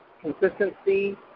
consistency